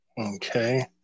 Okay